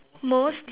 most